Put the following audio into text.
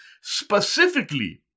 specifically